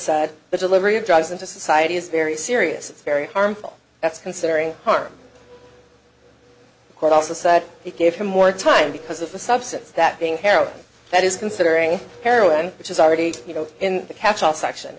said the delivery of drugs into society is very serious it's very harmful that's considering harm the court also said it gave him more time because of the substance that being heroin that is considering heroin which is already you know in the catchall section